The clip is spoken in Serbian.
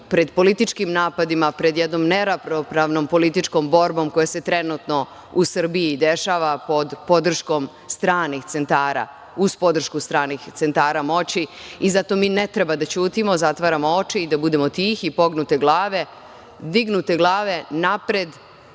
pred političkim napadima, pred jednom neravnopravnom političkom borbom koja se trenutno u Srbiji dešava uz podršku stranih centara moći i zato mi ne treba da ćutimo, zatvaramo oči i da budemo tihi i pognute glave. Dignute glave napred,